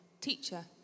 Teacher